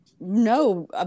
no